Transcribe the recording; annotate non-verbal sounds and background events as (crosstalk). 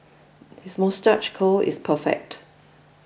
(noise) his moustache is perfect